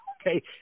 okay